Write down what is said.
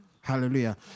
Hallelujah